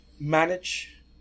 manage